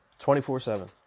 24/7